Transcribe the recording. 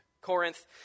Corinth